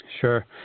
Sure